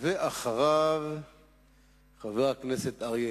יעלה ויבוא חבר הכנסת איתן כבל,